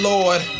Lord